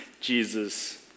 Jesus